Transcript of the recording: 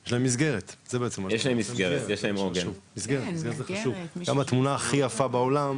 יש להם מסגרת, זה חשוב, גם התמונה הכי יפה בעולם,